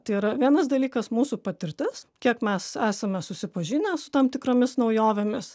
tai yra vienas dalykas mūsų patirtis kiek mes esame susipažinę su tam tikromis naujovėmis